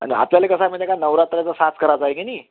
आपल्याला कसं आहे माहिती आहे का नवरात्राचा साज करायचा आहे की नाही